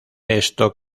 esto